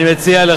אני מציע לך,